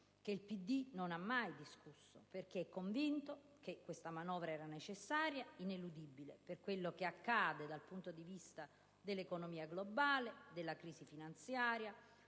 Il PD non lo ha mai discusso, perché è convinto che questa manovra fosse necessaria e ineludibile visto quanto accade dal punto di vista dell'economia globale, della crisi finanziaria,